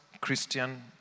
Christian